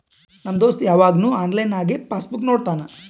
ನಮ್ ದೋಸ್ತ ಯವಾಗ್ನು ಆನ್ಲೈನ್ನಾಗೆ ಪಾಸ್ ಬುಕ್ ನೋಡ್ತಾನ